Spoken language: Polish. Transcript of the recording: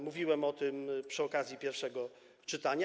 Mówiłem o tym przy okazji pierwszego czytania.